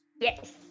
Yes